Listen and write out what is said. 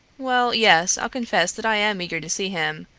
well, yes, i'll confess that i am eager to see him.